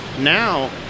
Now